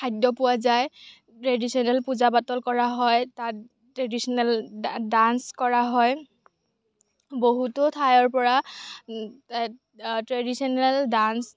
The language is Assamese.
খাদ্য় পোৱা যায় ট্ৰেডিশ্য়নেল পূজা পাতল কৰা হয় তাত ট্ৰেডিশ্য়নেল ডাঞ্চ কৰা হয় বহুতো ঠাইৰ পৰা ট্ৰেডিশ্য়নেল ডাঞ্চ